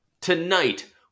Tonight